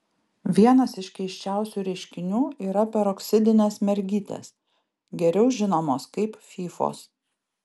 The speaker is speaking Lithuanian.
vienas iš keisčiausių reiškinių yra peroksidinės mergytės geriau žinomos kaip fyfos